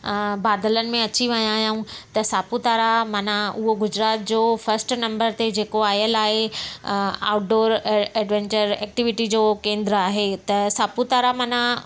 अ बादलनि में अची विया आया आहियूं त सापूतारा मना उहो गुजरात जो फस्ट नंबर ते जेको आयल आहे अ आउटडोर अ ऐडवैंचर ऐक्टिविटी जो केंद्र आहे त सापूतारा मना